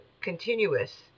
continuous